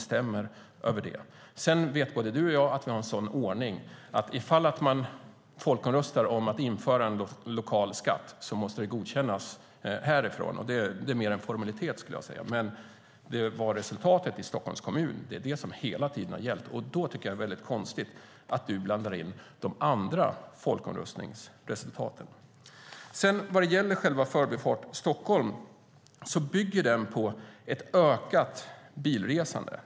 Sedan vet både du och jag att vi har en sådan ordning att om man folkomröstar om att införa en lokal skatt måste det godkännas här i riksdagen. Det är mer en formalitet, skulle jag säga. Valresultatet i Stockholms kommun är det som hela tiden har gällt. Då tycker jag att det är väldigt konstigt att du blandar in de andra folkomröstningsresultaten. Förbifart Stockholm bygger på ett ökat bilresande.